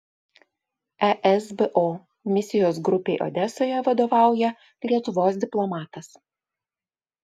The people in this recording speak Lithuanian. esbo misijos grupei odesoje vadovauja lietuvos diplomatas